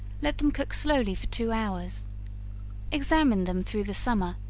let them cook slowly for two hours examine them through the summer,